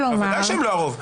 בוודאי הם לא הרוב.